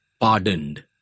Pardoned